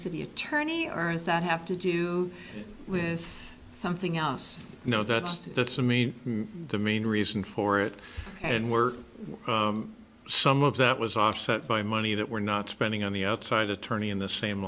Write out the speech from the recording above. city attorney or is that have to do with something else you know that that's i mean the main reason for it and were some of that was offset by money that we're not spending on the outside attorney in the same